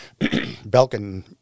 Belkin